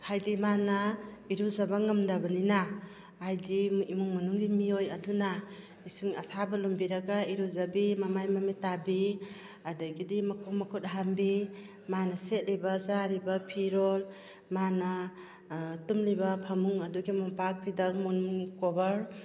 ꯍꯥꯏꯕꯗꯤ ꯃꯥꯅ ꯏꯔꯨꯖꯕ ꯉꯝꯗꯕꯅꯤꯅ ꯍꯥꯏꯕꯗꯤ ꯏꯃꯨꯡ ꯃꯅꯨꯡꯒꯤ ꯃꯤꯑꯣꯏ ꯑꯗꯨꯅ ꯏꯁꯤꯡ ꯑꯁꯥꯕ ꯂꯨꯝꯕꯤꯔꯒ ꯏꯔꯨꯖꯕꯤ ꯃꯃꯥꯏ ꯃꯃꯤꯠ ꯇꯥꯕꯤ ꯑꯗꯨꯗꯒꯤꯗꯤ ꯃꯈꯣꯡ ꯃꯈꯨꯠ ꯍꯥꯝꯕꯤ ꯃꯅꯥ ꯁꯦꯠꯂꯤꯕ ꯆꯥꯔꯤꯕ ꯐꯤꯔꯣꯜ ꯃꯥꯅ ꯇꯨꯝꯂꯤꯕ ꯐꯃꯨꯡ ꯑꯗꯨꯒꯤ ꯃꯣꯝꯄꯥꯛꯐꯤꯗꯛ ꯃꯣꯟꯈꯨꯝ ꯀꯣꯚꯔ